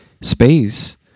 space